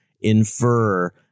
infer